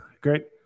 great